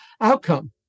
outcome